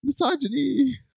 Misogyny